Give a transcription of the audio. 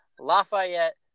Lafayette